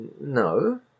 No